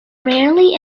rarely